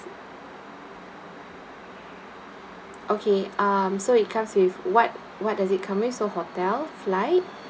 okay um so it comes with what what does it come with so hotel flight